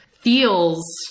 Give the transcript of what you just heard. feels